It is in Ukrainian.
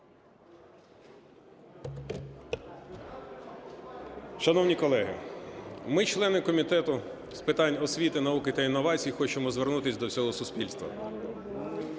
Шановні колеги, ми, члени Комітету з питань освіти, науки та інновацій, хочемо звернутись до всього суспільства.